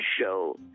show